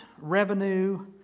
revenue